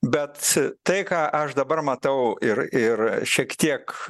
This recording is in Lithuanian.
bet tai ką aš dabar matau ir ir šiek tiek